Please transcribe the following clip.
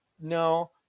No